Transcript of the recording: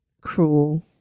cruel